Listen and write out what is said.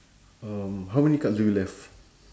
um how many cards do you left